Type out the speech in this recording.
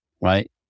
right